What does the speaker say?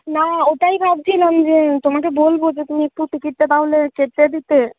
না ওটাই ভাবছিলাম যে তোমাকে বলব যে তুমি একটু টিকিটটা তাহলে কেটে দিতে